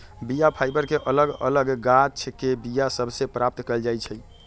बीया फाइबर के अलग अलग गाछके बीया सभ से प्राप्त कएल जाइ छइ